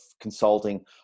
consulting